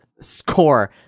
score